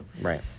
Right